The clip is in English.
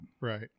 right